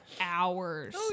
hours